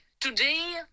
Today